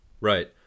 right